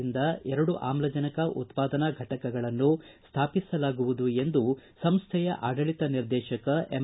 ಯಿಂದ ಎರಡು ಆಮ್ಲಜನಕ ಉತ್ಪಾದನಾ ಘಟಕಗಳನ್ನು ಸ್ವಾಪಿಸಲಾಗುವುದು ಎಂದು ಸಂಸ್ಥೆಯ ಆಡಳಿತ ನಿರ್ದೇಶಕ ಎಂ